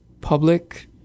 public